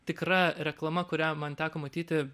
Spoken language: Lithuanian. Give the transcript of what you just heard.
tikra reklama kurią man teko matyti